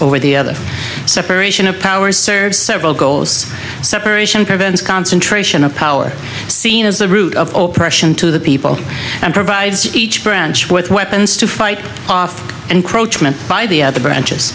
over the other separation of powers serves several goals separation prevents concentration of power seen as the root of all pression to the people and provides each branch with weapons to fight off encroachment by the other branches